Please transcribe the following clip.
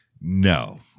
No